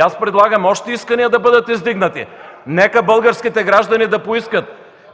Аз предлагам и още искания да бъдат издигнати. Нека българските граждани да поискат